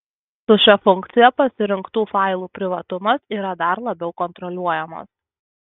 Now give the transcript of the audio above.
su šia funkcija pasirinktų failų privatumas yra dar labiau kontroliuojamas